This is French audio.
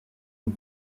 aux